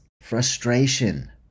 Frustration